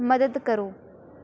ਮਦਦ ਕਰੋ